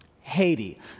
Haiti